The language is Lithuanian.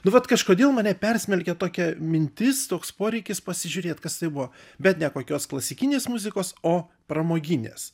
nu vat kažkodėl mane persmelkė tokia mintis toks poreikis pasižiūrėt kas tai buvo bet ne kokios klasikinės muzikos o pramoginės